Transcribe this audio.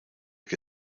que